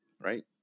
right